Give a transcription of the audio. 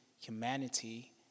humanity